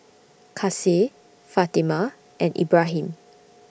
Kasih Fatimah and Ibrahim